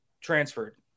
transferred